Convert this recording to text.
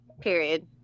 Period